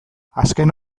azken